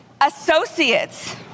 Associates